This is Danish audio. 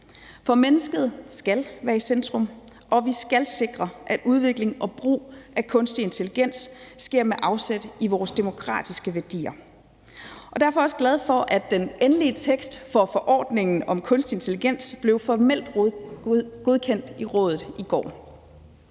For mennesket skal være i centrum, og vi skal sikre, at udvikling og brug af kunstig intelligens sker med afsæt i vores demokratiske værdier. Derfor er jeg også glad for, at den endelige tekst for forordningen om kunstig intelligens blev formelt godkendt i Rådet i går.